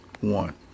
one